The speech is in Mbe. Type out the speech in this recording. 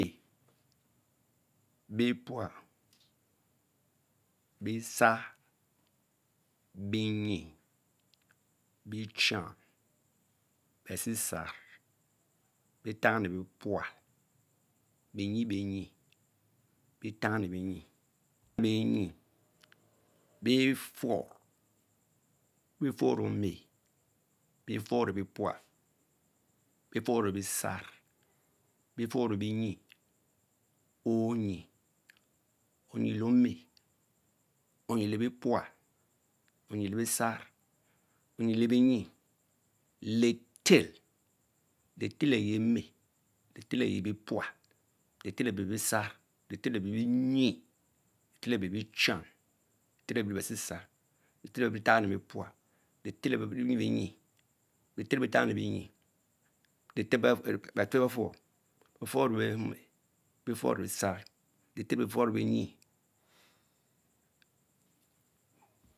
Nue, Pepual, Besarr, Benyie, Becham, Betamibiepual, benyibenyi, Betnyi bie nyi, Benyi, Befnrr, Befnrr le ome, Beurr le bepual, Befurr le besatr, Bufurr le benyie, Oryi, Oryi le ome, Onyi le bepual, Onyi le besar, Onyi le benyie, Letel, Letel le ye nue, Letel le ye bepual, Letel le be benyie, Letel le be bechan, Letel le be besiesarr, Letel le be betami bepual, Letel lè be benyibenyi, Letel le be tami benyie, Letel be furr, Befurr le rme, Befurr be sarr, Letel le befurr le benyie